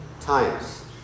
times